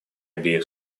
обеих